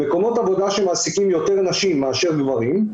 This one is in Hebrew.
במקומות עבודה שמעסיקים יותר נשים מאשר גברים,